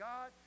God